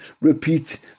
repeat